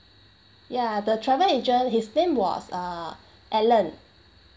ya the travel agent his name was uh alan